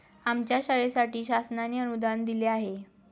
आमच्या शाळेसाठी शासनाने अनुदान दिले आहे